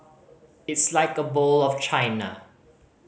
it's like a bowl of China